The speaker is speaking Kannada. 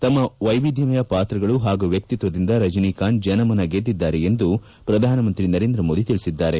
ತಮ್ಮ ವೈವಿದ್ಯಮಯ ಪಾತ್ರಗಳು ಹಾಗೂ ವ್ಯಕ್ತಿಕ್ವದಿಂದ ರಜನಿಕಾಂತ್ ಜನಮನ ಗೆದ್ದಿದ್ದಾರೆ ಎಂದು ಪ್ರಧಾನಮಂತ್ರಿ ನರೇಂದ್ರ ಮೋದಿ ತಿಳಿಸಿದ್ದಾರೆ